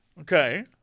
Okay